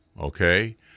okay